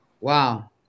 Wow